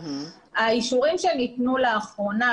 האישורים שניתנו לאחרונה,